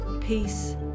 peace